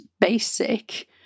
basic